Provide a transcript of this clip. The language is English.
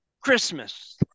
Christmas